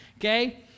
okay